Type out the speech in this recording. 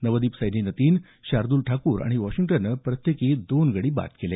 नवदीप सैनीनं तीन शार्द्रल ठाकुर आणि वॉशिंग्टननं प्रत्येकी दोन गडी बाद झाले